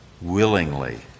willingly